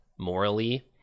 morally